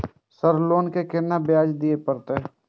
Sir loan के केना ब्याज दीये परतें?